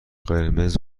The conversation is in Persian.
قرمز